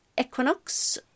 equinox